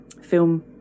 film